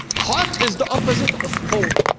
hot is the opposite of cold.